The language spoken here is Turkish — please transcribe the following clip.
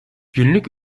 günlük